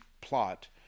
plot